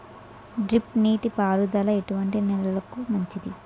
Drip నీటి పారుదల ఎటువంటి నెలలకు మంచిది?